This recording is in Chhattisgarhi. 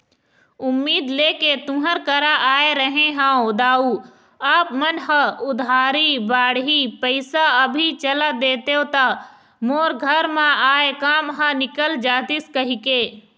उम्मीद लेके तुँहर करा आय रहें हँव दाऊ आप मन ह उधारी बाड़ही पइसा अभी चला देतेव त मोर घर म आय काम ह निकल जतिस कहिके